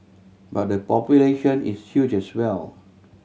but their population is huge as well